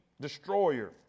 destroyer